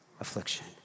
affliction